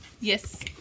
Yes